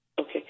Okay